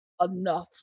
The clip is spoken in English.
enough